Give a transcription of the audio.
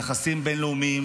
יחסים בין-לאומיים.